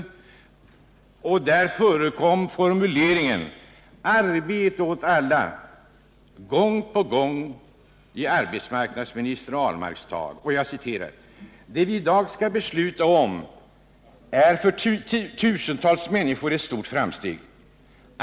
I hans tal förekom gång på gång formuleringen ”arbete åt alla”. Jag citerar: ”Det vi i dag skall besluta om är för tusentals människor ett stort framsteg.